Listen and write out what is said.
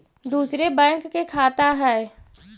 दुसरे बैंक के खाता हैं?